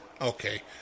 Okay